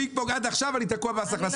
הפינג פונג עד עכשיו, אני תקוע במס הכנסה.